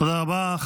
תודה רבה.